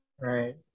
right